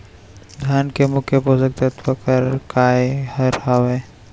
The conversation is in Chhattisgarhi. धान के मुख्य पोसक तत्व काय हर हावे?